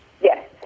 Yes